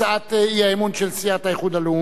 האי-אמון של סיעת האיחוד הלאומי,